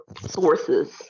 sources